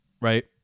right